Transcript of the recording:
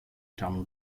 tunnel